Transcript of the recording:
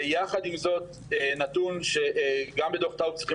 ויחד עם זאת, גם בדוח טאוב צריכים